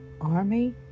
Army